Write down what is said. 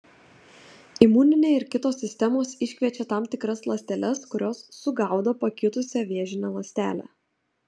imuninė ir kitos sistemos iškviečia tam tikras ląsteles kurios sugaudo pakitusią vėžinę ląstelę